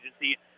Agency